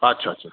अच्छा अच्छा